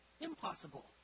Impossible